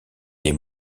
des